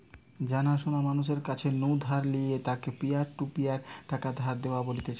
জানা শোনা মানুষের কাছ নু ধার নিলে তাকে পিয়ার টু পিয়ার টাকা ধার দেওয়া বলতিছে